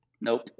Nope